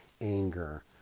anger